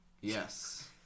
Yes